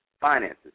finances